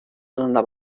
yılında